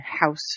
house